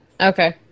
Okay